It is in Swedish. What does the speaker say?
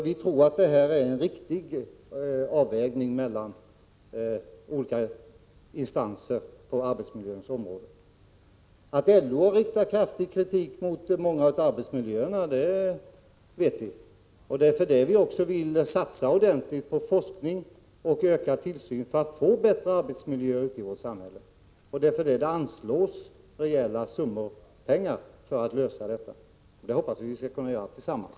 Vi tror att det är en riktig avvägning mellan olika instanser på arbetsmiljöns område. Att LO riktar kraftig kritik mot många arbetsmiljöer vet vi. Vi satsar också ordentligt på forskning och ökad tillsyn, för att få bättre arbetsmiljöer i vårt samhälle. Det är därför det anslås rejäla summor pengar på att lösa problemen, och det hoppas jag att vi skall kunna göra tillsammans.